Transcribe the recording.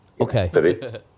Okay